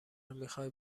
میخوای